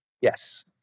Yes